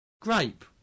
Grape